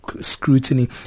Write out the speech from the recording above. Scrutiny